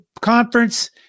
conference